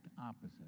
opposite